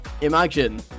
imagine